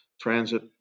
transit